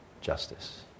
justice